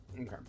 Okay